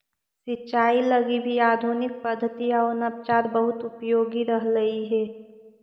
सिंचाई लगी भी आधुनिक पद्धति आउ नवाचार बहुत उपयोगी रहलई हे